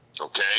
Okay